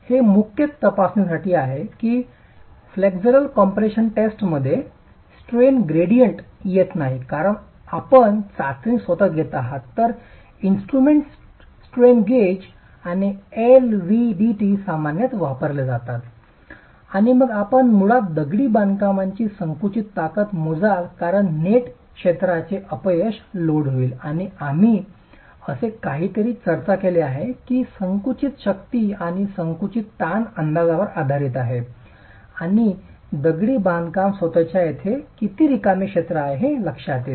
हे मुख्यतः तपासणीसाठी आहे की फ्लेक्स्युलर कम्प्रेशन टेक्स्टमध्ये स्ट्रेन ग्रेडियंट येत नाही कारण आपण चाचणी स्वतःच घेत आहात तर इंस्ट्रूमेंट्स स्ट्रेन गेज आणि एलव्हीडीटी सामान्यत वापरले जातात